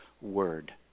Word